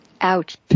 Ouch